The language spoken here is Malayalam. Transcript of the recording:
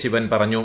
ശിവൻ പറഞ്ഞു